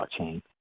blockchain